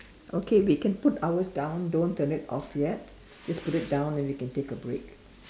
okay we can put ours down don't turn it off yet just put it down and we can take a break